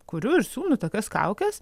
kuriu ir siūnu tokias kaukes